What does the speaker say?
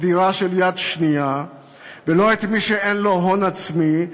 דירה יד שנייה ולא את מי שאין לו הון עצמי.